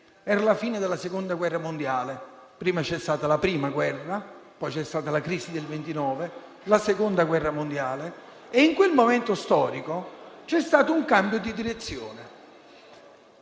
Era la fine della Seconda guerra mondiale; c'è stata la Prima guerra mondiale, poi c'è stata la crisi del 1929, la Seconda guerra mondiale e, in quel momento storico, c'è stato un cambio di direzione.